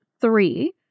Three